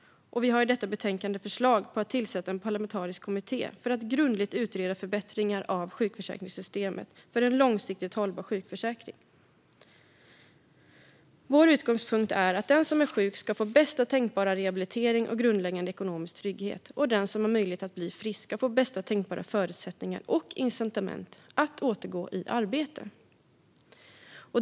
Vi har i detta betänkande förslag om att tillsätta en parlamentarisk kommitté för att grundligt utreda förbättringar av sjukförförsäkringssystemet för en långsiktigt hållbar sjukförsäkring. Vår utgångspunkt är att den som är sjuk ska få bästa tänkbara rehabilitering och grundläggande ekonomisk trygghet. De som har möjlighet att bli friska ska få bästa tänkbara förutsättningar och incitament att återgå i arbete.